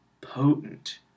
potent